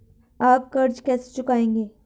आप कर्ज कैसे चुकाएंगे?